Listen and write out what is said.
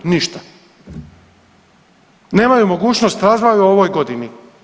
Ništa, nemaju mogućnost razvoja u ovoj godini.